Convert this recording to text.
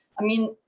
i mean,